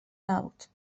نبود